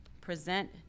present